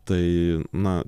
tai na